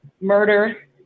murder